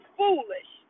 foolish